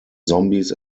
zombies